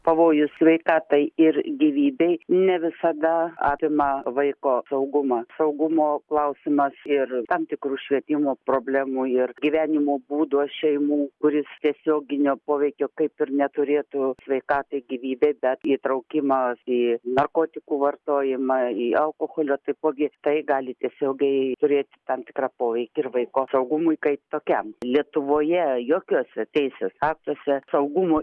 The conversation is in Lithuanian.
pavojus sveikatai ir gyvybei ne visada apima vaiko saugumą saugumo klausimas ir tam tikrų švietimo problemų ir gyvenimo būdo šeimų kuris tiesioginio poveikio kaip ir neturėtų sveikatai gyvybei bet įtraukimas į narkotikų vartojimą į alkoholio taipogi tai gali tiesiogiai turėti tam tikrą poveikį ir vaiko saugumui kaip tokiam lietuvoje jokiuose teisės aktuose saugumo